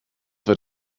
wird